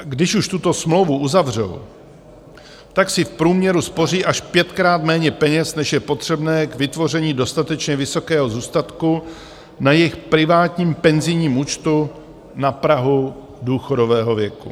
Když už tuto smlouvu uzavřou, tak si v průměru spoří až pětkrát méně peněz, než je potřebné k vytvoření dostatečně vysokého zůstatku na jejich privátním penzijním účtu na prahu důchodového věku.